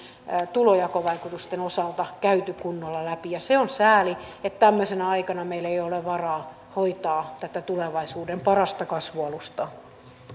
tulonjakovaikutusten osalta käyty kunnolla läpi se on sääli että tämmöisenä aikana meillä ei ole varaa hoitaa tätä tulevaisuuden parasta kasvualustaa